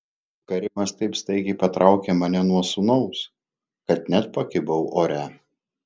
karimas taip staigiai patraukė mane nuo sūnaus kad net pakibau ore